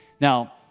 Now